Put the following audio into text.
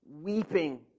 weeping